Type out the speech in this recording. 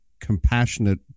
compassionate